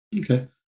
Okay